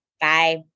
Bye